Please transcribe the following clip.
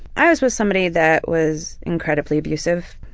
i was with somebody that was incredibly abusive,